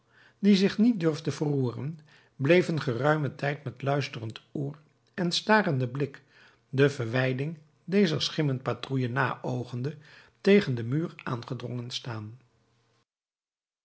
die zich niet durfde verroeren bleef een geruimen tijd met luisterend oor en starenden blik de verdwijning dezer schimmen patrouille naoogende tegen den muur aangedrongen staan